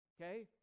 Okay